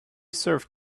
serve